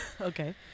okay